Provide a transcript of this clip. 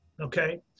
okay